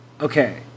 okay